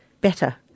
better